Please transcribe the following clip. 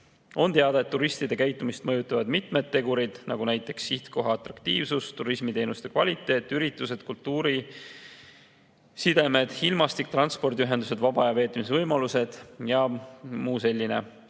On teada, et turistide käitumist mõjutavad mitmed tegurid, näiteks sihtkoha atraktiivsus, turismiteenuste kvaliteet, üritused, kultuurisidemed, ilmastik, transpordiühendused, vaba aja veetmise võimalused ja muu selline.